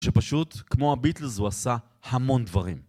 שפשוט כמו הביטלס הוא עשה המון דברים.